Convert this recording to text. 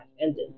ended